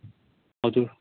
हजुर